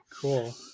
cool